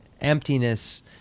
emptiness